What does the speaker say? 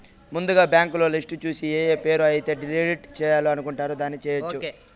ముందుగా బ్యాంకులో లిస్టు చూసి ఏఏ పేరు అయితే డిలీట్ చేయాలి అనుకుంటారు దాన్ని చేయొచ్చు